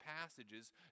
passages